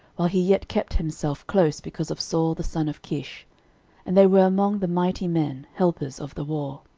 while he yet kept himself close because of saul the son of kish and they were among the mighty men, helpers of the war.